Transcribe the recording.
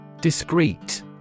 Discrete